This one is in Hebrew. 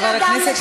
חברת הכנסת